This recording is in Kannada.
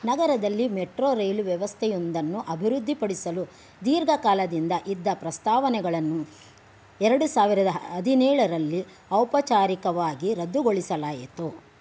ನಗರದಲ್ಲಿ ಮೆಟ್ರೋ ರೈಲು ವ್ಯವಸ್ಥೆಯೊಂದನ್ನು ಅಭಿವೃದ್ಧಿಪಡಿಸಲು ದೀರ್ಘಕಾಲದಿಂದ ಇದ್ದ ಪ್ರಸ್ತಾವನೆಗಳನ್ನು ಎರಡು ಸಾವಿರದ ಹದಿನೇಳರಲ್ಲಿ ಔಪಚಾರಿಕವಾಗಿ ರದ್ದುಗೊಳಿಸಲಾಯಿತು